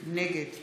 נגד